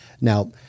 Now